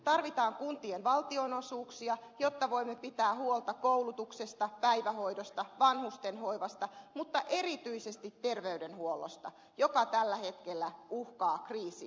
tarvitaan kuntien valtionosuuksia jotta voimme pitää huolta koulutuksesta päivähoidosta vanhustenhoivasta mutta erityisesti terveydenhuollosta joka tällä hetkellä uhkaa kriisiytyä